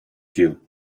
you